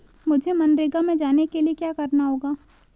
मुझे मनरेगा में जाने के लिए क्या करना होगा?